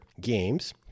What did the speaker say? games